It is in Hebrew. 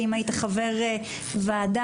אם היית חבר ועדה,